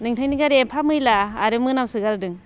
नोंथांनि गारिआ एफा मैला आरो मोनामसोगारदों